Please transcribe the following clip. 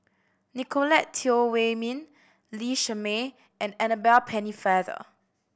Nicolette Teo Wei Min Lee Shermay and Annabel Pennefather